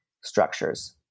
structures